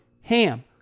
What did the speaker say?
HAM